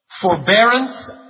forbearance